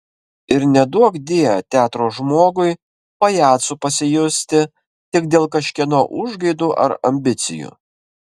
ir neduokdie teatro žmogui pajacu pasijusti tik dėl kažkieno užgaidų ar ambicijų